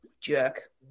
Jerk